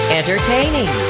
entertaining